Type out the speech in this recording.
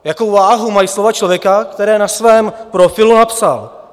Jakou váhu mají slova člověka, který na svém profilu napsal: